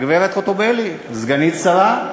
הגברת חוטובלי, סגנית שרה.